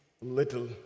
little